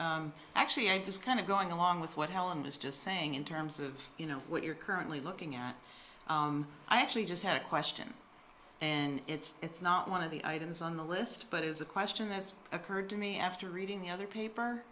and actually i'm just kind of going along with what helen was just saying in terms of you know what you're currently looking at i actually just had a question and it's it's not one of the items on the list but it is a question that's occurred to me after reading the other paper